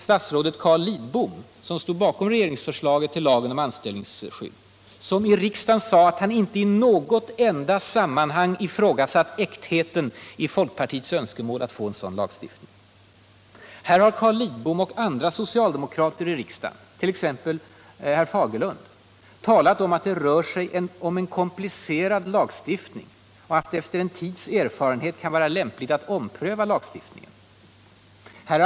Statsrådet Lidbom, som stod bakom lagen om anställningsskydd, sade i riksdagen att han inte i något enda sammanhang ifrågasatt äktheten i folkpartiets önskemål att få till stånd en sådan lagstiftning. Carl Lidbom och andra socialdemokrater i riksdagen, t.ex. herr Fagerlund, har talat om att det rör sig om en komplicerad lagstiftning och att det efter en tids erfarenhet kan vara lämpligt att ompröva den.